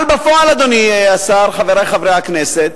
אבל בפועל, אדוני השר, חברי חברי הכנסת,